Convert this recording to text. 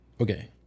Okay